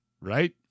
right